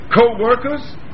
co-workers